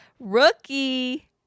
Rookie